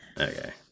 okay